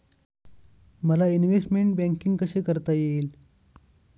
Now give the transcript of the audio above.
मला investment banking कसे कसे करता येईल?